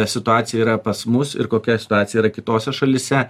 situacija yra pas mus ir kokia situacija yra kitose šalyse